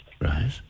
Right